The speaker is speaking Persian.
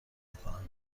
میکنم